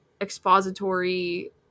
expository